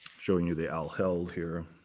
showing you the al held here.